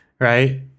right